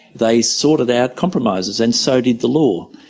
they sorted out compromises, and so did the law,